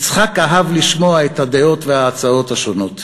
יצחק אהב לשמוע את הדעות וההצעות השונות.